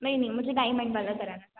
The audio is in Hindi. नहीं नहीं मुझे डिमांड वाला कराना था